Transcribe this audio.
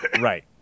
right